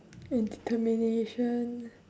and determination